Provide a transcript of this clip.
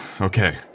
Okay